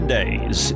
days